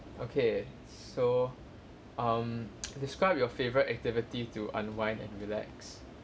okay so um describe your favorite activity to unwind and relax